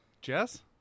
jess